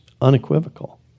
unequivocal